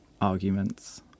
arguments